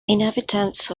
inhabitants